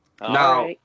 Now